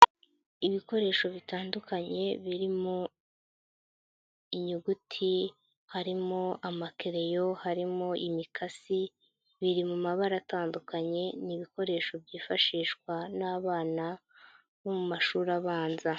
Ibikoresho bitandukanye biririmo inyuguti, harimo amakereyo, harimo imikasi, biri mu mabara atandukanye n'ibikoresho byifashishwa n'abana bo mu mashuri abanza.